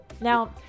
Now